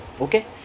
Okay